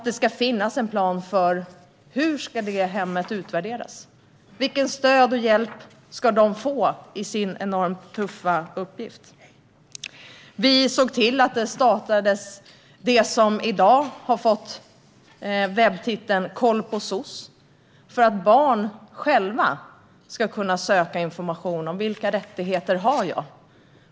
Det ska finnas en plan för hur det hemmet ska utvärderas och vilket stöd och vilken hjälp det ska få i sin enormt tuffa uppgift. Vi såg till att det som i dag har fått webbtiteln "Koll på soc" startades för att barn själva ska kunna söka information om vilka rättigheter de har.